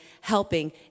helping